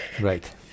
Right